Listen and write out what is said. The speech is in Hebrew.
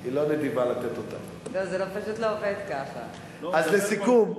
הוא פשוט מדבר כל כך יפה, אני מסכימה.